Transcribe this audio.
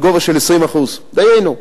בגובה של 20%. דיינו.